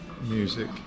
music